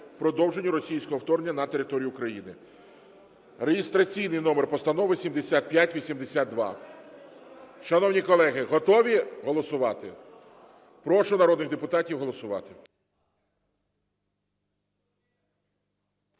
продовженню російського вторгнення на територію України (реєстраційний номер постанови 7582). Шановні колеги, готові голосувати? Прошу народних депутатів голосувати.